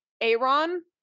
Aaron